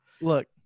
look